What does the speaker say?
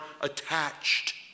attached